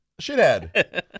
shithead